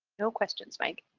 no questions mike.